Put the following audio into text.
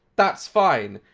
that's fine.